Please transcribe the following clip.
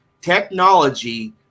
technology